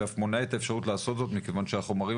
ואף מונע את האפשרות לעשות זאת מכיוון שהחומרים